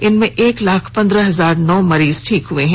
इनमें एक लाख पन्द्रह हजार नौ मरीज ठीक हैं